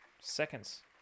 seconds